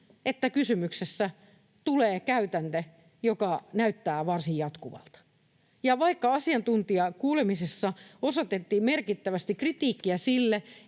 että tästä tulee käytäntö, joka näyttää varsin jatkuvalta. Ja vaikka asiantuntijakuulemisessa osoitettiin merkittävästi kritiikkiä sille,